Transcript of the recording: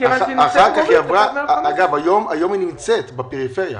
היום היא נמצאת בפריפריה.